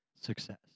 success